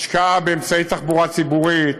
השקעה באמצעי תחבורה ציבורית,